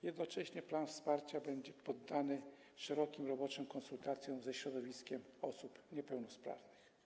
Jednocześnie plan wsparcia będzie poddany szerokim roboczym konsultacjom ze środowiskiem osób niepełnosprawnych.